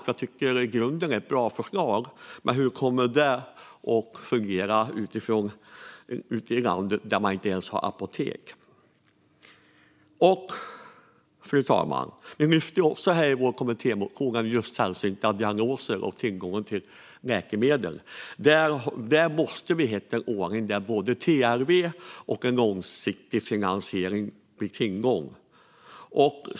I grunden tycker jag att det är ett bra förslag, men hur kommer det att fungera ute i landet där man inte ens har apotek? Fru talman! I vår kommittémotion lyfter vi också sällsynta diagnoser och tillgången till läkemedel. Här måste vi hitta en ordning där TLV ser till att det finns en god tillgång och även hitta en långsiktig finansiering.